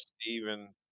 Stephen